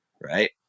Right